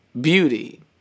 beauty